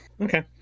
Okay